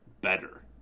better